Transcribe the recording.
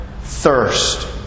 thirst